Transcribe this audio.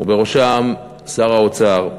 ובראשם שר האוצר,